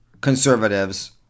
conservatives